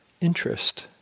interest